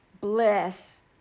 Bless